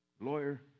Lawyer